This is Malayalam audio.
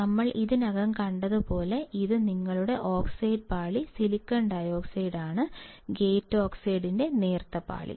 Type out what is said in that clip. ഞങ്ങൾ ഇതിനകം കണ്ടതുപോലെ ഇത് നിങ്ങളുടെ ഓക്സൈഡ് പാളി SiO2 ഗേറ്റ് ഓക്സൈഡിന്റെ നേർത്ത പാളി